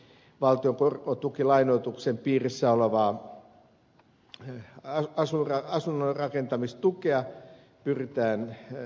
valtion korkotukilainoituksen piirissä olevaa asuntorakentamistukea pyritään uudistamaan